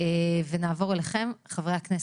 נעבור אליכם, חברי הכנסת.